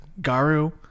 Garu